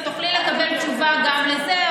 את תוכלי לקבל תשובה גם על זה,